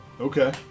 Okay